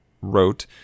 wrote